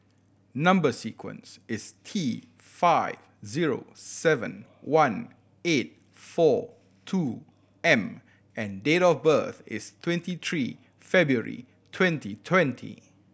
number sequence is T five zero seven one eight four two M and date of birth is twenty three February twenty twenty